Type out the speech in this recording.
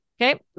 Okay